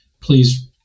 please